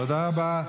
תודה רבה.